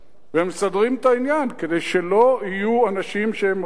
ומסדרים את העניין, כדי שלא יהיו אנשים שהם אכן